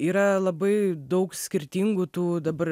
yra labai daug skirtingų tų dabar